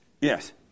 yes